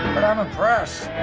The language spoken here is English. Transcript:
i'm impressed.